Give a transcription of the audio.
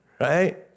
Right